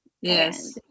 Yes